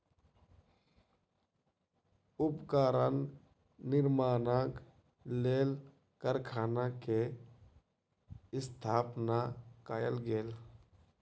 उपकरण निर्माणक लेल कारखाना के स्थापना कयल गेल